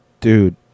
dude